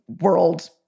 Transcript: world